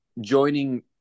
joining